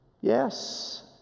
Yes